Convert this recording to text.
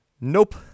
Nope